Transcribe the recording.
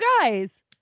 guys